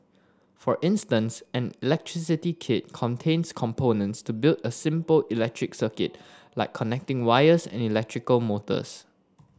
for instance an electricity kit contains components to build a simple electric circuit like connecting wires and electrical motors